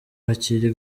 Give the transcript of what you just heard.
kari